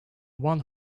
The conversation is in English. one